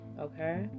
okay